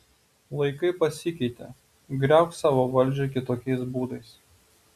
laikai pasikeitė griauk savo valdžią kitokiais būdais